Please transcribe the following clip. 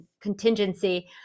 contingency